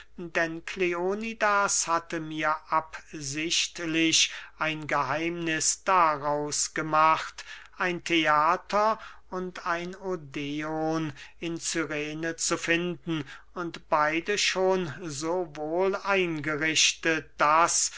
denn kleonidas hatte mir absichtlich ein geheimniß daraus gemacht ein theater und ein odeon in cyrene zu finden und beide schon so wohl eingerichtet daß